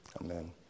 Amen